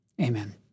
amen